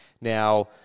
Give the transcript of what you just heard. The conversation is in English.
Now